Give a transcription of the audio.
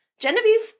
Genevieve